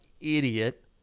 idiot